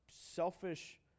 selfish